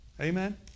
Amen